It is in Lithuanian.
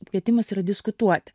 kvietimas yra diskutuoti